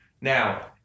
Now